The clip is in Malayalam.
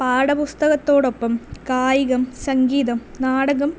പാഠപുസ്തകത്തോടൊപ്പം കായികം സംഗീതം നാടകം